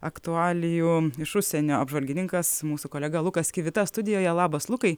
aktualijų iš užsienio apžvalgininkas mūsų kolega lukas kivita studijoje labas lukai